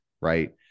right